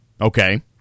Okay